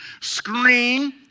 screen